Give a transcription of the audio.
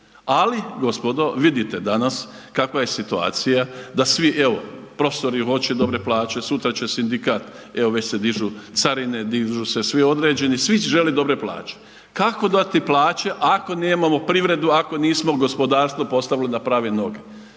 ali gospodo vidite danas kakva je situacija, da svi evo profesori hoće dobre plaće, sutra će sindikat evo već se dižu carine, dižu se svi određeni, svi žele dobre plaće. Kako dati plaće ako nemamo privredu, ako nismo gospodarstvo postavili na prave noge?